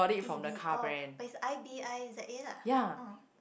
E_B_O but it's I_B_I_Z_A lah